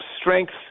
strengths